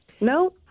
No